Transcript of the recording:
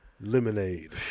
Lemonade